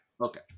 Okay